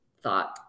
thought